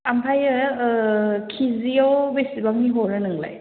ओमफ्राय केजियाव बेसेबांनि हरो नोंलाय